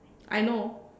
I know